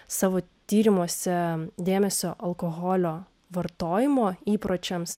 savo tyrimuose dėmesio alkoholio vartojimo įpročiams